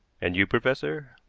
and you, professor?